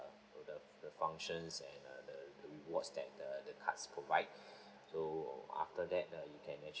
to the the functions and the the rewards that the the card provide so after that uh you can actually